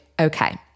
okay